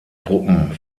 truppen